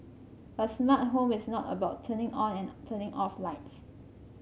a smart home is not about turning on and turning off lights